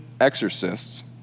exorcists